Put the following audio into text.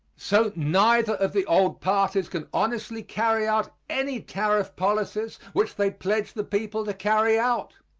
so neither of the old parties can honestly carry out any tariff policies which they pledge the people to carry out.